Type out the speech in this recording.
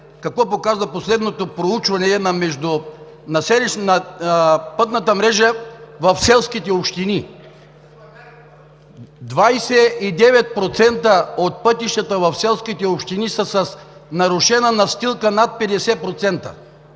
какво показа последното проучване на пътната мрежа в селските общини: 29% от пътищата в селските общини са с нарушена настилка над 50%;